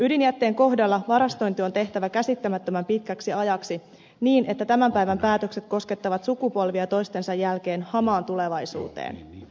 ydinjätteen kohdalla varastointi on tehtävä käsittämättömän pitkäksi ajaksi niin että tämän päivän päätökset koskettavat sukupolvia toistensa jälkeen hamaan tulevaisuuteen